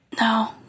No